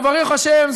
וברוך השם,